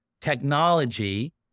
technology